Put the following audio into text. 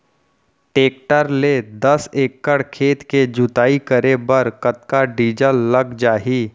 Tractor ले दस एकड़ खेत के जुताई करे बर कतका डीजल लग जाही?